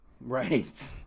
Right